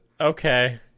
Okay